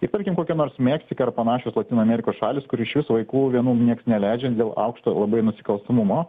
kaip tarkim kokia nors meksika ar panašios lotynų amerikos šalys kur išvis vaikų vienų nieks neleidžia dėl aukšto labai nusikalstamumo